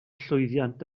llwyddiant